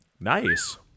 Nice